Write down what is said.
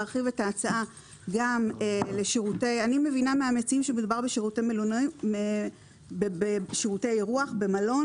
שאני מבינה מהמציעים שהיא לשירותי אירוח במלון.